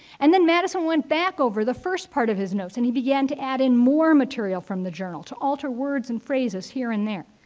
and then, madison went back over the first part of his notes and he began to add in more material from the journal to alter words and phrases here and there.